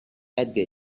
edgar